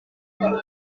dennis